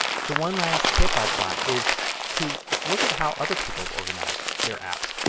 so one last tip i've got is to look at how other people organize their apps.